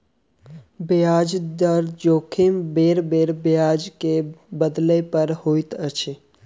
ब्याज दर जोखिम बेरबेर ब्याज दर के बदलै पर होइत अछि